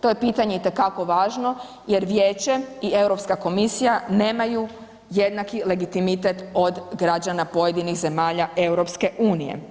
To je pitanje itekako važno jer Vijeće i EU komisija nemaju jednaki legitimitet od građana pojedinih zemalja EU.